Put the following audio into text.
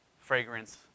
fragrance